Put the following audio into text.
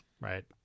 right